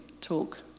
talk